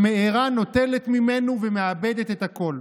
המארה נוטלת ממנו ומאבדת את הכול.